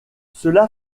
cela